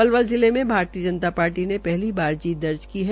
पलवल जिले में भारतीय जनता पार्टी ने पहली बार जीत दर्ज की है